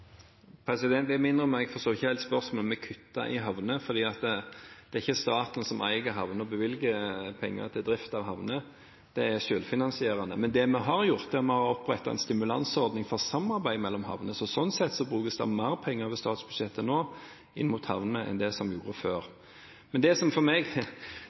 Jeg må innrømme at jeg forstår ikke helt spørsmålet med å kutte i havner, for det er ikke staten som eier havner og bevilger penger til drift av havner, det er selvfinansierende. Men det vi har gjort, er at vi har opprettet en stimulansordning for samarbeid mellom havner, så sånn sett brukes det mer penger over statsbudsjettet nå inn mot havner enn før. Det